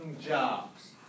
jobs